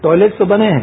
toilets तो बने है